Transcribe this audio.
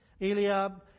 Eliab